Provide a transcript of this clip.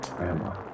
Grandma